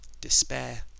despair